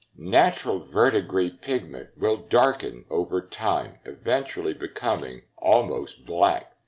natural verdigris pigment will darken over time, eventually becoming almost black.